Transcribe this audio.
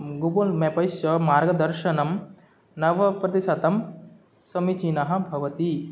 Google मेपस्य मार्गदर्शनं नवप्रतिशतं समीचीनं भवति